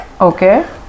Okay